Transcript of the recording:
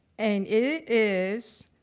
and, it is